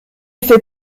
fait